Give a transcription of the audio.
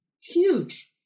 Huge